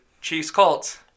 Chiefs-Colts